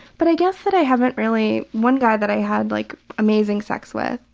but i guess that i haven't really. one guy that i had like amazing sex with,